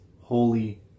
holy